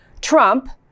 Trump